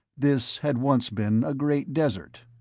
this had once been a great desert.